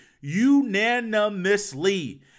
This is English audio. unanimously